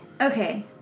Okay